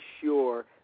sure